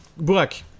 Burak